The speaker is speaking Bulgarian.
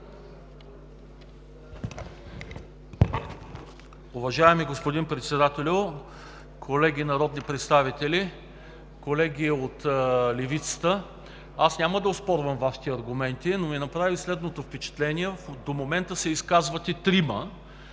Уважаеми господин Председател, колеги народни представители! Колеги от Левицата, аз няма да оспорвам Вашите аргументи. Направи ми впечатление, че до момента се изказахте трима,